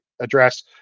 address